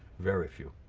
very few.